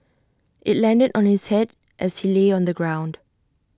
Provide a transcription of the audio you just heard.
IT landed on his Head as he lay on the ground